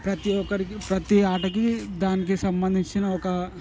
ప్రతి ఒక్కరికి ప్రతి ఆటకి దానికి సంబంధించిన ఒక